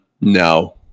No